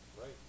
Right